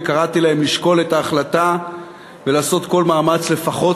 וקראתי להם לשקול את ההחלטה ולעשות כל מאמץ לפחות